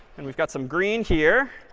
and we've got some green here.